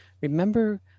remember